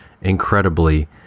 incredibly